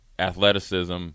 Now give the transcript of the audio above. athleticism